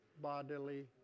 bodily